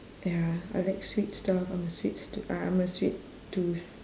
ya I like sweet stuff I'm a sweet s~ uh I'm a sweet tooth